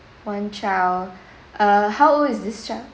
one child uh how old is this child